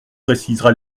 précisera